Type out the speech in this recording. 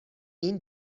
این